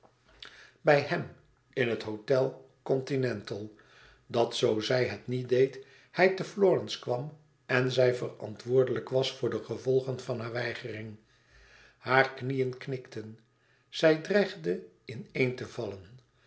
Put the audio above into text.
bij hem in het hôtel continental dat zoo zij het niet deed hij te florence kwam en zij verantwoordelijk was voor de gevolgen van haar weigering hare knieën knikten zij dreigde in-een te vallen